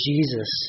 Jesus